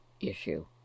issue